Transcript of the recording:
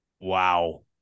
Wow